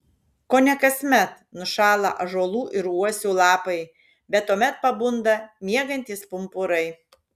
kone kasmet nušąla ąžuolų ir uosių lapai bet tuomet pabunda miegantys pumpurai